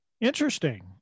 interesting